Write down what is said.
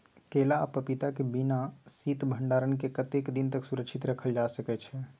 केला आ पपीता के बिना शीत भंडारण के कतेक दिन तक सुरक्षित रखल जा सकै छै?